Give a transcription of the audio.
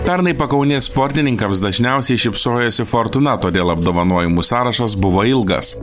pernai pakaunės sportininkams dažniausiai šypsojosi fortūna todėl apdovanojimų sąrašas buvo ilgas